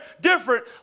different